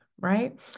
right